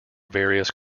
various